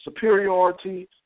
Superiority